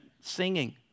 singing